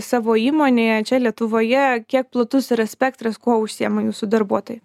savo įmonėje čia lietuvoje kiek platus yra spektras kuo užsiima jūsų darbuotojai